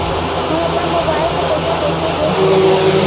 हम अपना मोबाइल से पैसा कैसे भेज सकत बानी?